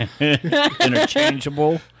Interchangeable